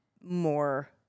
more